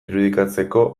irudikatzeko